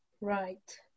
Right